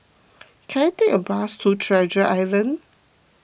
can I take a bus to Treasure Island